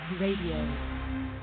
Radio